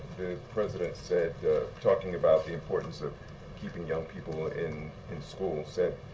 president said talking about the importance of keeping young people in and school said,